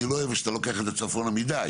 אני לא אוהב שאתה לוקח את זה צפונה מידי.